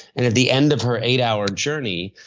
and at the end of her eight hour journey,